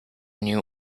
new